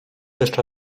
jeszcze